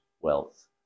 wealth